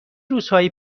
روزهایی